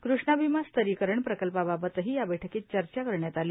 कृष्णा भिमा स्तरीकरण प्रकल्पाबाबतही या बैठकीत चर्चा करण्यात आली